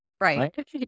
Right